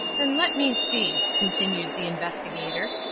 and let me see, continued the investigator.